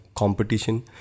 competition